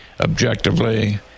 objectively